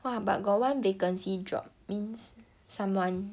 !wah! but got one vacancy drop means someone